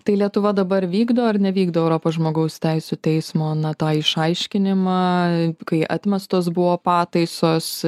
tai lietuva dabar vykdo ar nevykdo europos žmogaus teisių teismo na tą išaiškinimą kai atmestos buvo pataisos